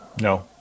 No